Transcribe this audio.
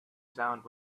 sound